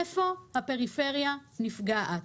איפה הפריפריה נפגעת.